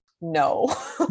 no